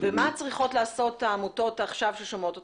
ומה צריכות לעשות העמותות שעכשיו שומעות אותך?